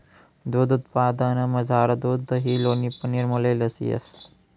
दूध उत्पादनमझार दूध दही लोणी पनीर मलई लस्सी येस